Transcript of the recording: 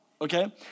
Okay